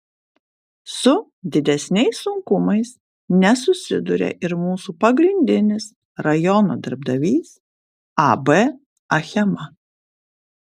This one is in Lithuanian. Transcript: su didesniais sunkumais nesusiduria ir mūsų pagrindinis rajono darbdavys ab achema